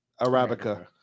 Arabica